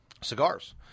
cigars